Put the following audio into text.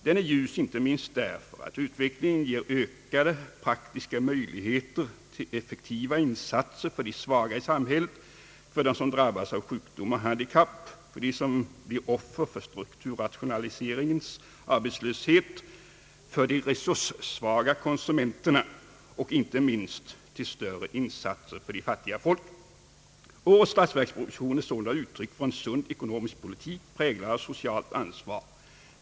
Den är ljus, inte minst därför att utvecklingen ger ökade praktiska möjligheter till effektiva insatser för de svaga i samhället — för dem som drabbas av sjukdom och handikapp, för dem som blir offer för strukturrationaliseringens arbetslöshet, för de resurssvaga konsumenterna. Och inte minst till större insatser för de fattiga folken. Årets statsverksproposition är sålunda uttryck för en sund ekonomisk politik, präglad av socialt ansvar.